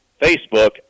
Facebook